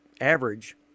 average